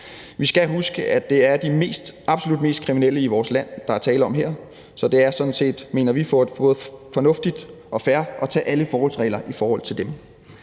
Vi skal huske, at det er de absolut mest kriminelle i vores land, der er tale om her, så det er sådan set, mener vi, både fornuftigt og fair at tage alle forholdsregler over for dem.